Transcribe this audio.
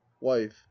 wife